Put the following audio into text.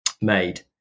made